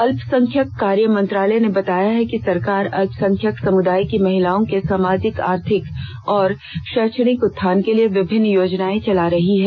अल्पसंख्यक कार्य मंत्रालय ने बताया है कि सरकार अल्पसंख्यक समुदायों की महिलाओं को सामाजिक आर्थिक और शैक्षिक उत्थान के लिए विभिन्न योजनायें चला रही है